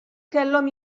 kellhom